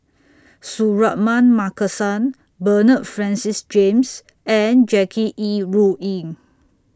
Suratman Markasan Bernard Francis James and Jackie Yi Ru Ying